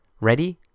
Ready